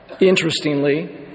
Interestingly